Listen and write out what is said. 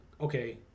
okay